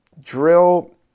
drill